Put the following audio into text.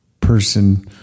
person